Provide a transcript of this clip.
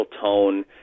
tone